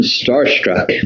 starstruck